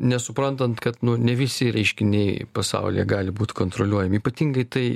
nesuprantant kad ne visi reiškiniai pasaulyje gali būt kontroliuojami ypatingai tai